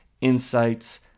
insights